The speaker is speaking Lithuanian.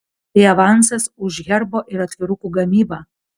tai avansas už herbo ir atvirukų gamybą